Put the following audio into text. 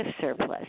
surplus